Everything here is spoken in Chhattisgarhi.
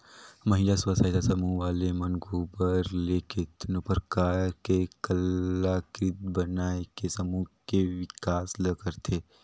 महिला स्व सहायता समूह वाले मन गोबर ले केतनो परकार के कलाकृति बनायके समूह के बिकास ल करथे